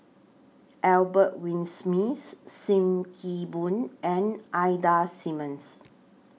Albert Winsemius SIM Kee Boon and Ida Simmons